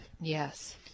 Yes